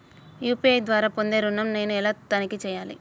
UPI ద్వారా పొందే ఋణం నేను ఎలా తనిఖీ చేయాలి?